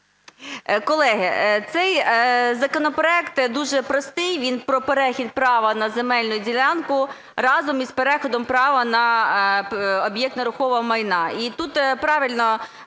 Колеги, цей законопроект дуже простий, він про перехід права на земельну ділянку разом із переходом права на об'єкт нерухомого майна.